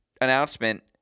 announcement